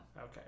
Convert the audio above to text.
Okay